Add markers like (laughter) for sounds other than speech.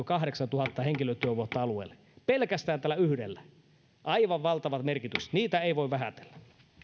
(unintelligible) kahdeksantuhatta henkilötyövuotta alueelle pelkästään tällä yhdellä aivan valtavat merkitykset niitä ei voi vähätellä